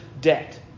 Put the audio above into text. debt